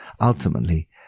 Ultimately